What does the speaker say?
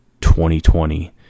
2020